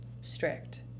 strict